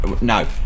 No